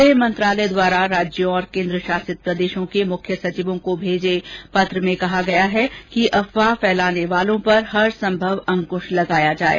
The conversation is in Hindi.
गृह मंत्रालय द्वारा राज्यों और केन्द्र शासित प्रदेशों के मुख्य सचिवों को भेजे पत्र में कहा गया है कि अफवाह फैलाने वालों पर हर संभव अंकृश लगाया जाये